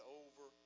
over